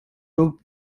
rope